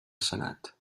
senat